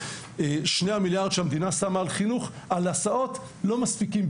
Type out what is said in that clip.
ה-2 מיליארד שהמדינה שמה על הסעות לא באמת מספיקים.